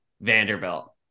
Vanderbilt